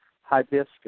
hibiscus